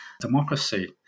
democracy